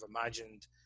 imagined